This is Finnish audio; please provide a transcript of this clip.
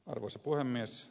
arvoisa puhemies